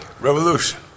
Revolution